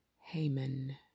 Haman